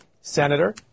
Senator